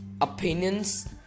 opinions